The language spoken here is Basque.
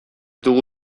dugu